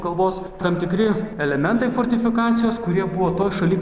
kalbos tam tikri elementai fortifikacijos kurie buvo toj šaly